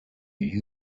you